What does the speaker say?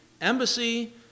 embassy